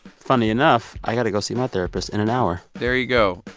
funny enough, i got to go see my therapist in an hour there you go.